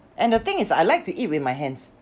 and the thing is I like to eat with my hands